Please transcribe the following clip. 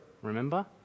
Remember